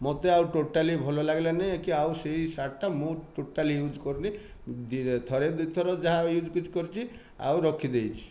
ମୋତେ ଆଉ ଟୋଟାଲୀ ଭଲ ଲାଗିଲାନି କି ଆଉ ସେହି ଶାର୍ଟଟା ମୁଁ ଟୋଟାଲୀ ଇଉଜ୍ କରୁନି ଥରେ ଦୁଇଥର ଯାହା ଇଉଜ୍ କରିଛି ଆଉ ରଖିଦେଇଛି